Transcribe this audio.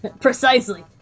Precisely